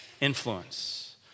influence